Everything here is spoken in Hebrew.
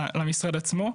למשרד עצמו.